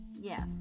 Yes